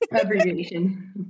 abbreviation